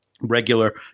regular